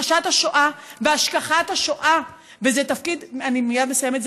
הכחשת השואה והשכחת השואה אני מייד מסיימת.